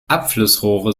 abflussrohre